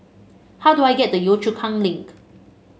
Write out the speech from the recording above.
how do I get to Yio Chu Kang Link